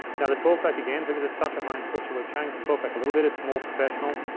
now the talkback again, because it's such a high-end switcher, we've changed the talkback a little bit. it's more professional.